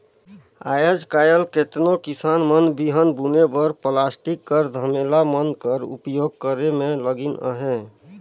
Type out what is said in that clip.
आएज काएल केतनो किसान मन बीहन बुने बर पलास्टिक कर धमेला मन कर उपियोग करे मे लगिन अहे